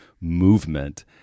movement